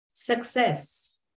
success